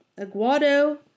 Aguado